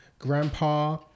Grandpa